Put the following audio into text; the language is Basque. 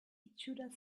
itxuraz